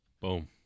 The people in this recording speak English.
Boom